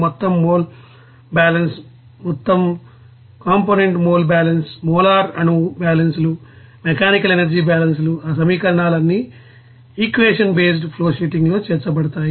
మొత్తం mole balance మొత్తం component mole balance molar అణువు బ్యాలెన్స్లు మెకానికల్ ఎనర్జీ బ్యాలెన్స్ ఆ సమీకరణాలన్నీ ఈక్వేషన్ బేస్డ్ ఫ్లోషీటింగ్లో చేర్చబడతాయి